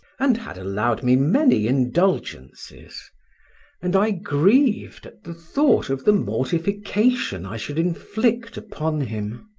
and had allowed me many indulgences and i grieved at the thought of the mortification i should inflict upon him.